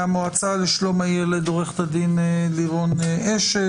מהמועצה לשלום הילד עו"ד לירון אשל.